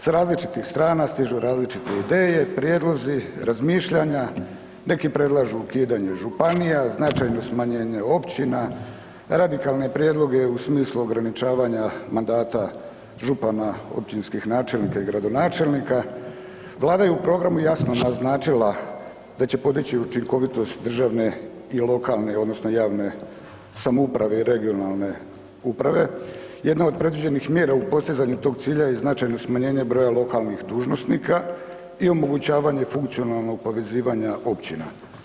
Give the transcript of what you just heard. S različitih strana stižu različite ideje, prijedlozi, razmišljanja, neki predlažu ukidanje županija, značajno smanjenje općina, radikalne prijedloge u smislu ograničavanja mandata župana, općinskih načelnika i gradonačelnika, Vlada je u programu jasno naznačila da će podići učinkovitost državne i lokalne odnosno javne samouprave i regionalne uprave, jedna od predviđenih mjera u postizanju tog cilja je značajno smanjenje broja lokalnih dužnosnika i omogućavanje funkcionalnog povezivanja općina.